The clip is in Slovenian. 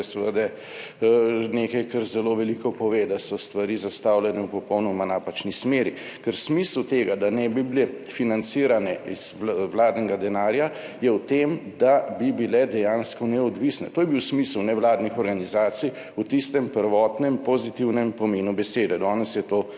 seveda nekaj, kar zelo veliko pove, da so stvari zastavljene v popolnoma napačni smeri, ker smisel tega, da naje bi bile financirane iz vladnega denarja je v tem, da bi bile dejansko neodvisne. To je bil smisel nevladnih organizacij v tistem prvotnem pozitivnem pomenu besede. Danes je to seveda